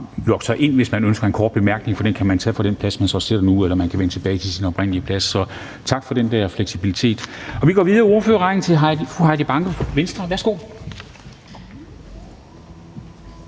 sig ind, hvis man ønsker en kort bemærkning fra den plads, man sidder ved nu, eller også kan man vende tilbage til sin oprindelige plads. Så tak for den fleksibilitet. Vi går videre i ordførerrækken til fru Heidi Bank, Venstre. Værsgo.